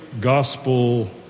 gospel